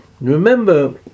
Remember